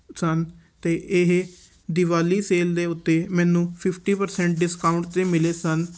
ਸਨ ਅਤੇ ਇਹ ਦਿਵਾਲੀ ਸੇਲ ਦੇ ਉੱਤੇ ਮੈਨੂੰ ਫਿਫਟੀ ਪਰਸੈਂਟ ਡਿਸਕਾਊਂਟ 'ਤੇ ਮਿਲੇ ਸਨ